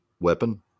weapon